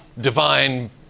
divine